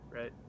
right